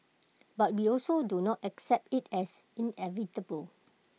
but we also do not accept IT as inevitable